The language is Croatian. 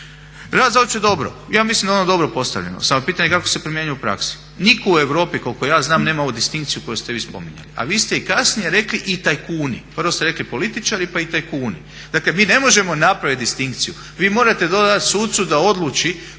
Rad za opće dobro, ja mislim da je ono dobro postavljeno, samo je pitanje kako se primjenjuje u praksi. Nitko u Europi kolik ja znam nema ovu distinkciju koju ste vi spominjali, a vi ste i kasnije rekli i tajkuni, prvo ste rekli političari pa i tajkuni. Dakle mi ne možemo napraviti distinkciju, vi morate dati sucu da odluči